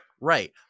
Right